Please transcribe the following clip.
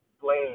blame